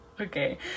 Okay